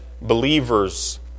believers